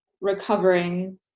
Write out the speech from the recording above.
recovering